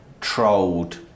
trolled